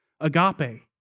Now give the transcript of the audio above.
agape